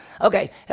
Okay